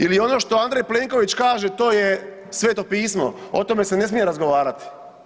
Ili ono što Andrej Plenković kaže to je sveto pismo, o tome se ne smije razgovarati.